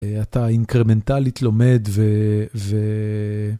אתה אינקרמנטלית לומד ו...